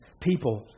people